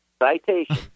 citation